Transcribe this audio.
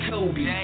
Kobe